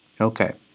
Okay